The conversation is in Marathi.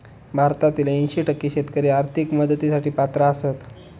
भारतातील ऐंशी टक्के शेतकरी आर्थिक मदतीसाठी पात्र आसत